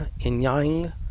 Inyang